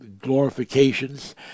glorifications